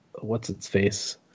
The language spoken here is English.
what's-its-face